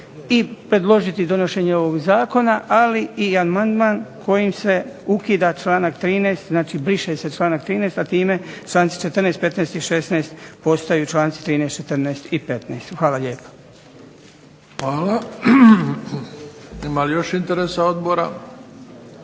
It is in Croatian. i predložiti donošenje ovoga zakona, ali i amandman kojim se ukida članak 13., znači briše se članak 13., a time članci 14., 15. i 16. postaju članci 13., 14. i 15. Hvala lijepo. **Bebić, Luka (HDZ)** Hvala. Ima li još interesa odbora?